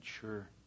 sure